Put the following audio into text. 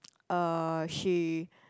uh she